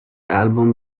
album